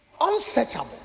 unsearchable